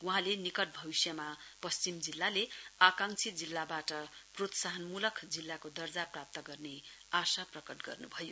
वहाँले निकट भविष्यमा पश्चिम जिल्लाले आकांक्षी जिल्लाबाट प्रोत्साहनमुलक जिल्लाको दर्जा प्राप्त गर्ने आशा प्रकट गर्नुभयो